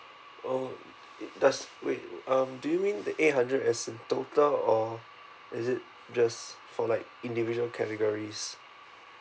oh it does wait um do you mean the eight hundred as in total or is it just for like individual categories